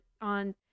on